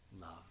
love